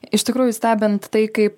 iš tikrųjų stebint tai kaip